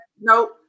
Nope